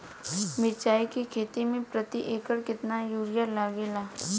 मिरचाई के खेती मे प्रति एकड़ केतना यूरिया लागे ला?